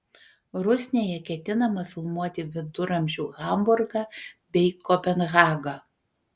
rusnėje ketinama filmuoti viduramžių hamburgą bei kopenhagą